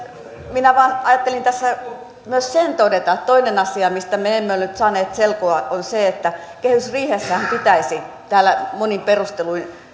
minä vain ajattelin tässä myös sen todeta että toinen asia mistä me emme ole nyt saaneet selkoa on se että kehysriihessähän pitäisi täällä monin perusteluin